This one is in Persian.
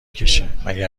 کشهمگه